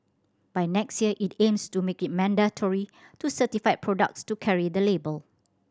by next year it aims to make it mandatory to certified products to carry the label